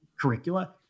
curricula